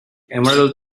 emerald